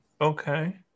Okay